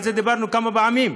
על זה דיברנו כמה פעמים.